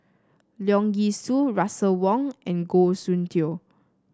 Leong Yee Soo Russel Wong and Goh Soon Tioe